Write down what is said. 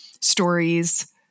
stories